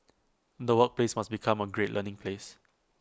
the workplace must become A great learning place